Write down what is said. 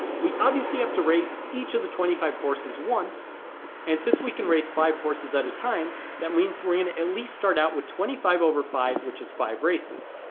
we obviously have to race each of the twenty five horses once and since we can race five horses at a time that means we're going to at least start out with twenty five over five, which is five races